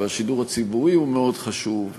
והשידור הציבורי הוא מאוד חשוב,